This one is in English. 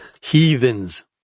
heathens